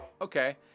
Okay